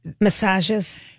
massages